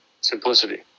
Simplicity